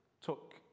took